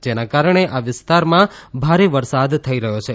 જેના આ વિસ્તારમાં ભારે વરસાદ થઇ રહ્યો છે